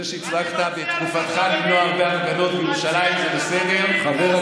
זה שהצלחת בתקופתך למנוע הרבה הפגנות בירושלים זה בסדר.